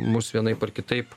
mus vienaip ar kitaip